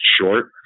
short